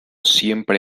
siempre